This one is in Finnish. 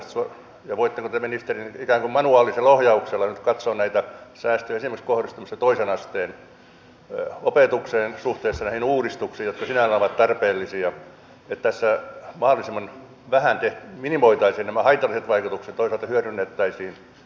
voitteko te ministeri ikään kuin manuaalisella ohjauksella nyt katsoa näitä säästöjä esimerkiksi kohdistumista toisen asteen opetukseen suhteessa näihin uudistuksiin jotka sinällään ovat tarpeellisia että tässä minimoitaisiin nämä haitalliset vaikutukset toisaalta hyödynnettäisiin hyvät vaikutukset